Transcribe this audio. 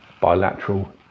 bilateral